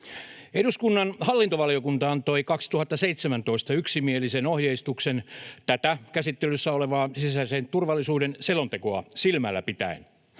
Eduskunnan hallintovaliokunta antoi 2017 yksimielisen ohjeistuksen tätä käsittelyssä olevaa sisäisen turvallisuuden selontekoa silmällä pitäen.